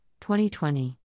2020